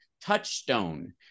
touchstone